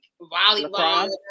volleyball